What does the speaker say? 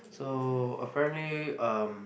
so apparently um